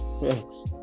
Thanks